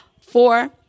Four